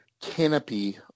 canopy